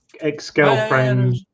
ex-girlfriend